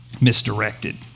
misdirected